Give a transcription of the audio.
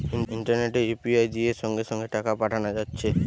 ইন্টারনেটে ইউ.পি.আই দিয়ে সঙ্গে সঙ্গে টাকা পাঠানা যাচ্ছে